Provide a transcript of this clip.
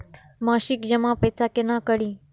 मासिक जमा पैसा केना करी?